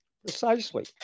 precisely